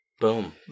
boom